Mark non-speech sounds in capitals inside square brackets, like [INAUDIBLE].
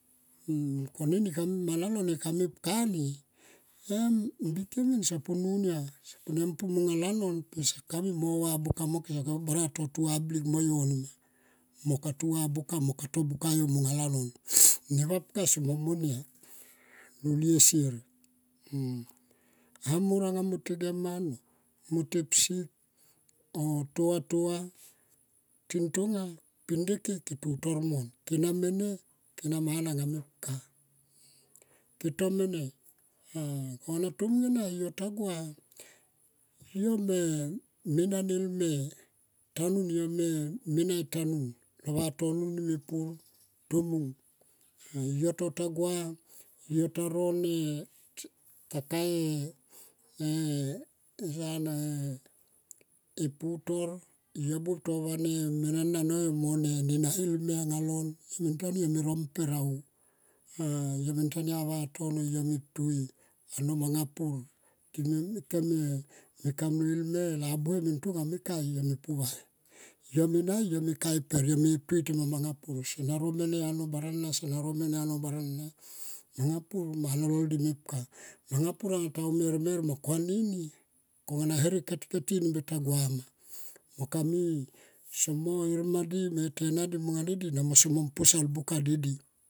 Ko neni manalon ka mepka ni, em mbike min em sompu. Sepinie pu monga lanon em kami mui mo va buka mo ke. So mung kone em barang to tu va blik mo yo nima mo ka tu va buka mo ka tuva bukmo yo aunga lanon [NOISE] ne vapka somo monia lulie sier. Amor anga mo te geman, mo te psik oh tova tova tin tonga pinde ke. Ke tutor mon ke na mene. Ke na mana nga mep ka. Ke to mene ah kona tomung ena yo ta gua. Yo me na nelme tanun yo me nai tanun lo vatono ni me pur tomung. Yo totagua yo taro ne kaka e e sana e putor yo buop ta van ne mene na no yo mo ne na elme anga lon yo me me tanun yo ro mper au ah. Yo me ntania vatono yo me ptui ano manga pur time kem me kamloi elme labue me tonga me kai me pu vai. Yo me nai yo me ka e per, yo me ptui temae manga pur. Sona ro mene ano bana na sona no mene ano barana. Manga pur nana lol di mepka. Manga pur anga ta u mermer ma ko ani konga na herek keti keti tagua mo kami somo e herma di mo etena di monga dedi mon posal buka de di.